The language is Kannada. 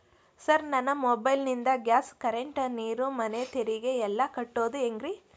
ಸರ್ ನನ್ನ ಮೊಬೈಲ್ ನಿಂದ ಗ್ಯಾಸ್, ಕರೆಂಟ್, ನೇರು, ಮನೆ ತೆರಿಗೆ ಎಲ್ಲಾ ಕಟ್ಟೋದು ಹೆಂಗ್ರಿ?